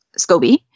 scoby